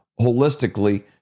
holistically